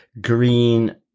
green